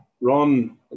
Ron